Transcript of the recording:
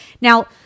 Now